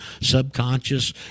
subconscious